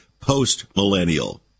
post-millennial